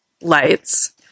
lights